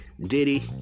Diddy